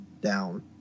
down